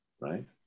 right